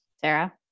Sarah